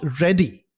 ready